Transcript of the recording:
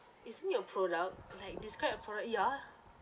it's in your product like describe a product ya